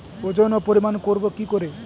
ওজন ও পরিমাপ করব কি করে?